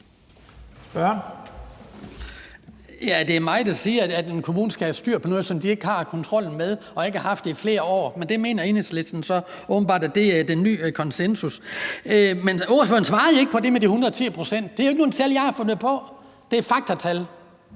Det er mig, der siger, at en kommune skal have styr på noget, som de ikke har kontrollen med og ikke har haft det i flere år, men det mener Enhedslisten så åbenbart er den nye konsensus. Men ordføreren svarede ikke på det med de 110 pct. Det er jo ikke et tal, jeg har fundet på. Det er et faktumtal.